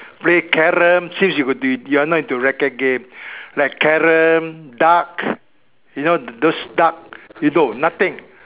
play Carrom since you do you are not into racket game like Carrom dart you know those dart you don't nothing